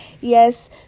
yes